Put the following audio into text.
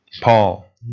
Paul